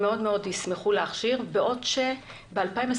הם מאוד ישמחו להכשיר, בעוד שב-2021